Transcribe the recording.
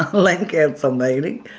land council meeting,